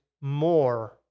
more